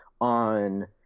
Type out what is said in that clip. on